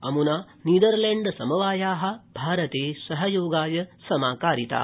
अमुना नीदरलैण्ड समवाया भारते सहयोगाय समाकारिता